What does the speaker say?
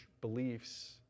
beliefs